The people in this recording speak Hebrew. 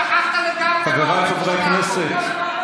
שכחת לגמרי בממשלה הזו,